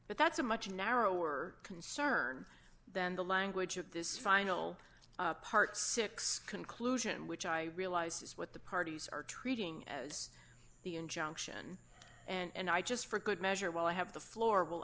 but that's a much narrower concern than the language of this final part six conclusion which i realize is what the parties are treating as the injunction and i just for good measure while i have the floor will